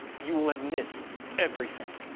you will have missed everything!